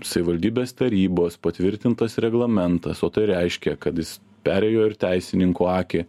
savivaldybės tarybos patvirtintas reglamentas o tai reiškia kad jis perėjo ir teisininkų akį